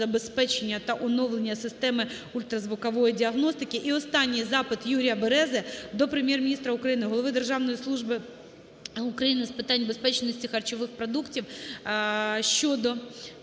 забезпечення та оновлення системи ультразвукової діагностики. І останній запит. Юрія Берези до Прем'єр-міністра України, голови Державної служби України з питань безпечності харчових продуктів щодо